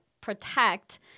protect